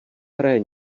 hraje